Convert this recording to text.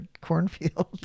cornfield